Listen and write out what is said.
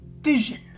vision